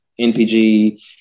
NPG